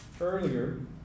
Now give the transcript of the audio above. earlier